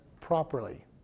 properly